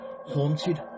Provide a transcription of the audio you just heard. Haunted